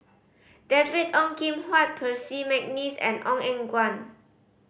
David Ong Kim Huat Percy McNeice and Ong Eng Guan